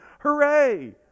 Hooray